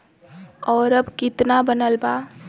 और अब कितना बनल बा?